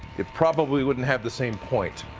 it probably wouldn't have the same point.